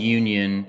union